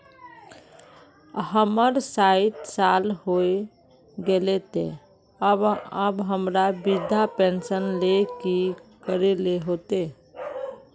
हमर सायट साल होय गले ते अब हमरा वृद्धा पेंशन ले की करे ले होते?